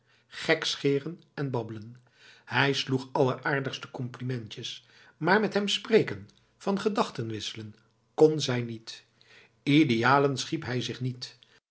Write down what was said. gekscheren en babbelen hij sloeg alleraardigste complimentjes maar met hem spreken van gedachten wisselen kon zij niet idealen schiep hij zich niet